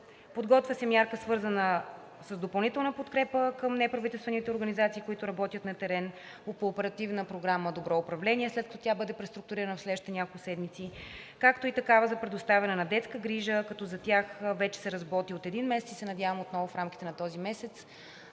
Подготвя се мярка, свързана с допълнителна подкрепа към неправителствените организации, които работят на терен по Оперативна програма „Добро управление“, след като тя бъде преструктурирана в следващите няколко седмици, както и такава за предоставяне на детска грижа, като за тях вече се работи от един месец и се надявам отново в рамките на този месец